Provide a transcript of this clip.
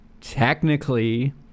Technically